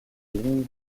ligne